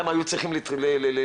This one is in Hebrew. למה היו צריכים להפריע.